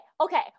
okay